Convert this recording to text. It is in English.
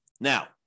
Now